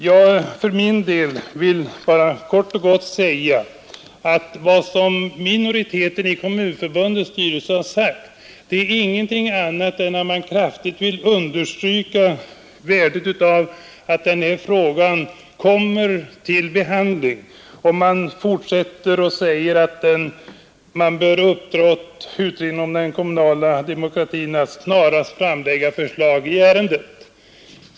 Jag för min del vill bara kort och gott säga att vad minoriteten i Kommunförbundets styrelse har sagt är ingenting annat än att man kraftigt vill understryka värdet av att den här frågan kommer till behandling, och man fortsätter med att säga att riksdagen bör uppdra åt utredningen om den kommunala demokratin att snarast framlägga förslag i ärendet.